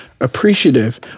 appreciative